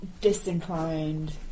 disinclined